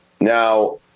now